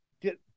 get